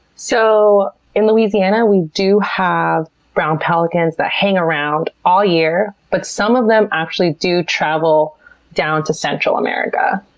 so in louisiana we do have brown pelicans that hang around all year, but some of them actually do travel down to central america.